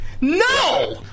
No